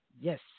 Yes